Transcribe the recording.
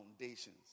foundations